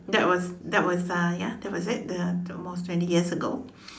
that was that was uh ya that was it uh almost twenty years ago